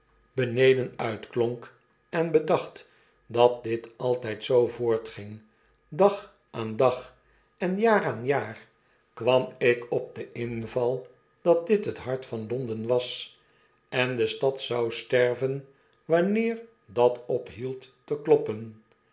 beneden uitklonk en bedacht datditaltydzoo voortging dag aan dag en jaar aan jaar kwam ik op den inval dat ait het hart van londen was en de stad zou sterven wanneer dat ophield te kloppen